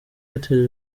airtel